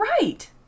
right